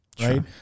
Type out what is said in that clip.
Right